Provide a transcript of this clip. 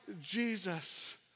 Jesus